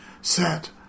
set